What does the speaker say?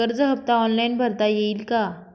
कर्ज हफ्ता ऑनलाईन भरता येईल का?